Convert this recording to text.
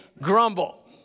grumble